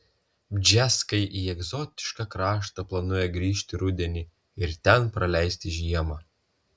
bžeskai į egzotišką kraštą planuoja grįžti rudenį ir ten praleisti žiemą